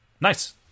Nice